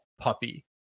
Puppy